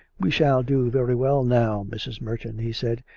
we shall do very well now, mrs. merton, he said,